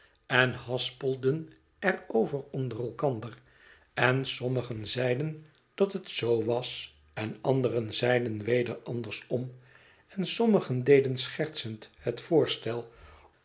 en haspelden er over onder elkander en sommigen zeiden dat het z was en anderen zeiden weder andersom en sommigen deden schertsend het voorstel